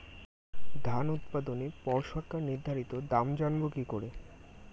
ধান উৎপাদনে পর সরকার নির্ধারিত দাম জানবো কি করে?